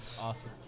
Awesome